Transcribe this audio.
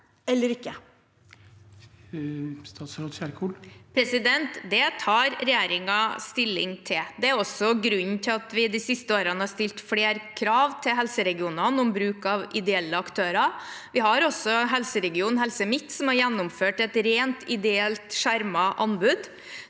Kjerkol Det tar regjer- ingen stilling til. Det er også grunnen til at vi de siste årene har stilt flere krav til helseregionene om bruk av ideelle aktører. Vi har også helseregionen Helse MidtNorge, som har gjennomført et rent ideelt skjermet anbud.